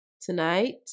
tonight